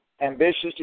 ambitious